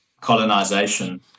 colonization